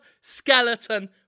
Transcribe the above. Skeleton